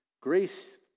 grace